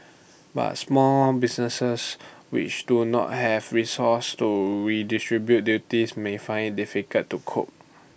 but small businesses which do not have resources to redistribute duties may find IT difficult to cope